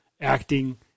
acting